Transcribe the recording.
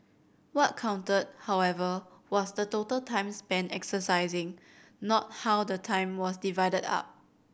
what counted however was the total time spent exercising not how the time was divided up